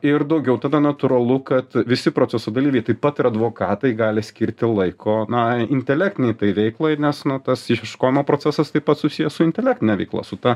ir daugiau tada natūralu kad visi proceso dalyviai taip pat ir advokatai gali skirti laiko na intelektinei tai veiklai ir nes nu tas išieškojimo procesas taip pat susijęs su intelektine veikla su ta